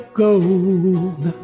gold